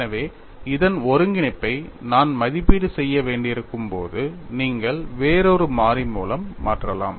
எனவே இதன் ஒருங்கிணைப்பை நான் மதிப்பீடு செய்ய வேண்டியிருக்கும் போது நீங்கள் வேறொரு மாறி மூலம் மாற்றலாம்